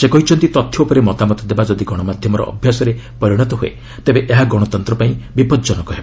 ସେ କହିଛନ୍ତି ତଥ୍ୟ ଉପରେ ମତାମତ ଦେବା ଯଦି ଗଶମାଧ୍ୟମର ଅଭ୍ୟାସରେ ପରିଣତ ହୁଏ ତେବେ ଏହା ଗଣତନ୍ତ୍ରପାଇଁ ବିପଜନକ ହେବ